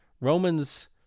Romans